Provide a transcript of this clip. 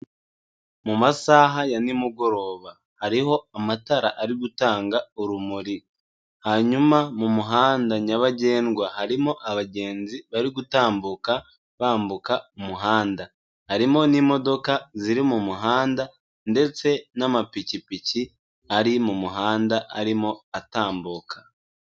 Mu masaha ya nimugoroba, hariho amatara ari gutanga urumuri, hanyuma mu muhanda nyabagendwa harimo abagenzi bari gutambuka, bambuka umuhanda. Harimo n'imodoka ziri mu muhanda ndetse n'amapikipiki ari mu muhanda arimo atambuka.